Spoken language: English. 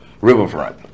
Riverfront